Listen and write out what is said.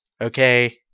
Okay